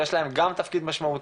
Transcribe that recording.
אבל יש להם גם תפקיד משמעותי,